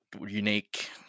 unique